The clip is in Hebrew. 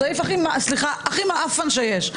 סליחה, הסעיף הכי "מעאפן" שיש.